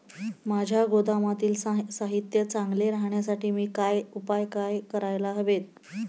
माझ्या गोदामातील साहित्य चांगले राहण्यासाठी मी काय उपाय काय करायला हवेत?